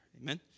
Amen